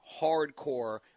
hardcore